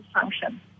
function